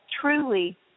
truly